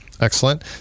Excellent